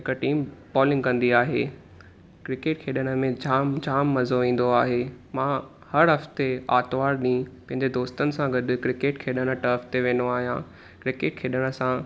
हिकु team bowling कन्दी आहे क्रिकेट खेॾण में जाम जाम मज़ो ईन्दो आहे मां हरु हफ्ते आर्तवारु ॾींहुं पंहिंजे दोस्तनि सां गॾु क्रिकेट खेॾण वेन्दो आहियां क्रिकेट खेॾण सां